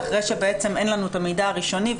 אחרי שאין לנו את המידע הראשוני,